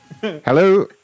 Hello